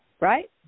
right